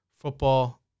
football